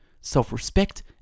self-respect